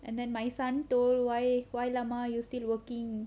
and my son told why why mama are you still working